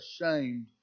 ashamed